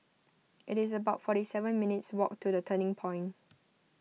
it's about forty seven minutes' walk to the Turning Point